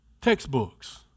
textbooks